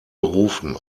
berufen